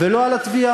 ולא על התביעה.